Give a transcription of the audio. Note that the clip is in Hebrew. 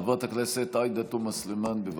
חברת הכנסת עאידה תומא סלימאן, בבקשה.